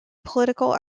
political